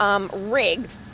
rigged